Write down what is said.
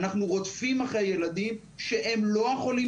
אנחנו רודפים אחרי הילדים שהם לא החולים